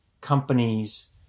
companies